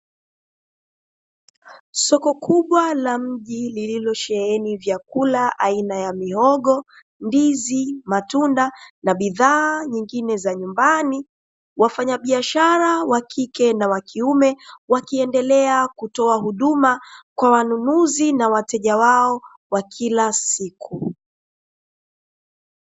Soko kubwa la mji lililosheheni vyakula aina ya mihogo, ndizi, matunda na bidhaa nyingine za nyumbani. Wafanyabiashara wa kike na wa kiume, wakiendelea kutoa huduma kwa wanunuzi na wateja wao wa kila siku.